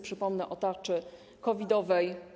Przypomnę o tarczy COVID-owej.